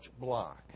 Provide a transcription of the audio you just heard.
Block